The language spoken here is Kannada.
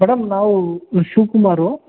ಮೇಡಮ್ ನಾವು ಶಿವಕುಮಾರು